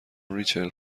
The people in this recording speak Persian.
ریچل